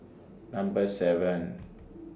Number seven